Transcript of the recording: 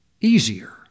easier